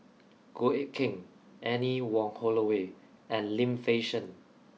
Goh Eck Kheng Anne Wong Holloway and Lim Fei Shen